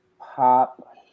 pop